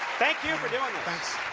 thank you for doing this.